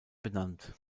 benannt